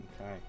Okay